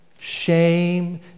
Shame